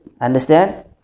Understand